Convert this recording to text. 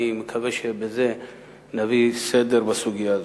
אני מקווה שבזה נביא סדר בסוגיה הזו.